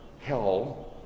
hell